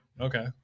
Okay